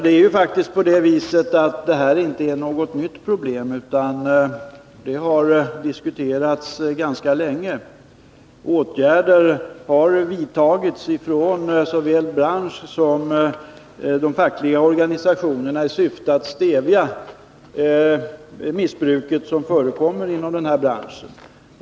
Det här är faktiskt inte något nytt problem, utan det har diskuterats ganska länge. Åtgärder har vidtagits från såväl branschsom de fackliga organisationerna i syfte att stävja det missbruk som förekommer inom branschen.